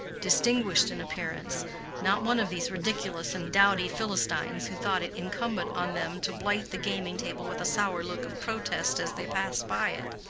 distinguished in appearance not one of these ridiculous and dowdy philistines who thought it incumbent on them to blight the gaming-table with a sour look of protest as they passed by it.